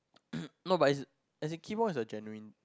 no but as in as in chemo is a genuine